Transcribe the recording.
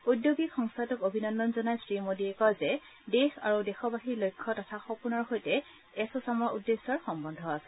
ঔদ্যোগিক সংস্থাটোক অভিনন্দন জনাই শ্ৰীমোদীয়ে কয় যে দেশ আৰু দেশবাসীৰ লক্ষ্য তথা সপোনৰ সৈতে এছ ছামৰ উদ্দেশ্যৰ সম্বন্ধ আছে